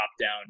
top-down